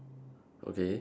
okay